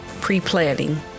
pre-planning